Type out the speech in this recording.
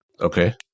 Okay